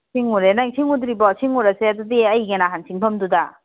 ꯁꯤꯡꯉꯨꯔꯦ ꯅꯪ ꯁꯤꯡꯉꯨꯗ꯭ꯔꯤꯕꯣ ꯁꯤꯡꯉꯨꯔꯁꯦ ꯑꯗꯨꯗꯤ ꯑꯩꯒꯤ ꯅꯍꯥꯟ ꯁꯤꯡꯐꯝꯗꯨꯗ